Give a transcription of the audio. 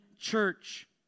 church